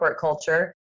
culture